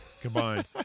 combined